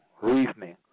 reasoning